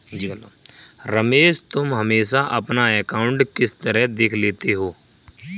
रमेश तुम हमेशा अपना अकांउट किस तरह देख लेते हो?